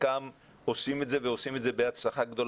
וחלקם עושים את זה ועושים את זה בהצלחה גדולה.